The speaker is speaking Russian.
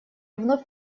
вновь